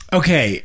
okay